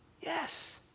Yes